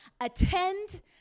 attend